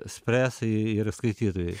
spręs ir skaitytojai